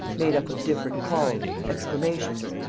made up of different calls, exclamations,